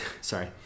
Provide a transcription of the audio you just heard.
Sorry